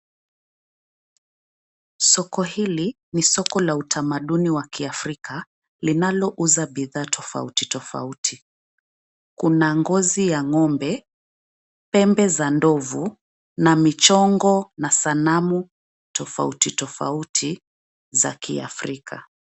Soko hili, ni soko la utamaduni wa kiafrika linalouza bidhaa tofauti tofauti. Kuna ngozi ya ng'ombe, pembe za ndovu na michongo na sanamu tofauti tofauti za kiafrika.